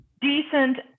decent